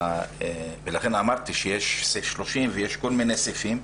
ולכן אמרתי שיש את סעיף 30 ויש כל מיני סעיפים,